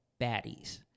baddies